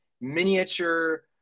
miniature